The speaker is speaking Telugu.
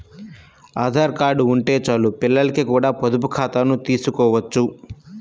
ఆధార్ కార్డు ఉంటే చాలు పిల్లలకి కూడా పొదుపు ఖాతాను తీసుకోవచ్చు